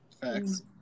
Facts